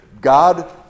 God